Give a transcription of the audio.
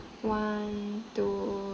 one two